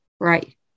right